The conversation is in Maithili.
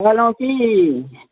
कहलहुॅं की